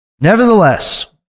Nevertheless